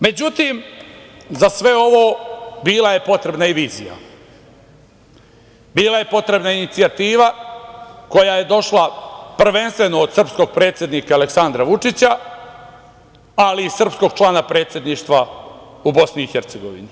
Međutim, za sve ovo bila je potrebna i vizija, bila je potrebna inicijativa koja je došla prvenstveno od srpskog predsednika Aleksandra Vučića, ali i sprskog člana Predsedništva u Bosni i Hercegovini.